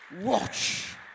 Watch